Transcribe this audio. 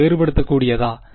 இது வேறுபடுத்தக்கூடியதா